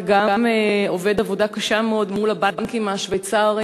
וגם עובד עבודה קשה מאוד מול הבנקים השוויצריים,